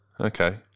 Okay